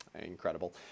Incredible